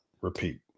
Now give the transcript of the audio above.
repeat